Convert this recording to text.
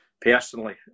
personally